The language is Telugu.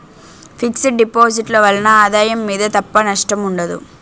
ఫిక్స్ డిపాజిట్ ల వలన ఆదాయం మీద తప్ప నష్టం ఉండదు